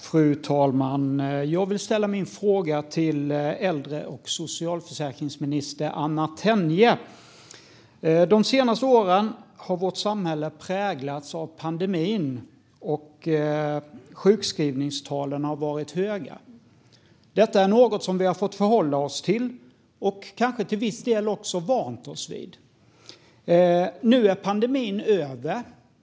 Fru talman! Jag vill ställa min fråga till äldre och socialförsäkringsminister Anna Tenje. De senaste åren har vårt samhälle präglats av pandemin. Sjukskrivningstalen har varit höga. Detta är något som vi har fått förhålla oss till och kanske till viss del också har vant oss vid. Nu är pandemin över.